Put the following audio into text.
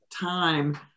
time